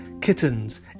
kittens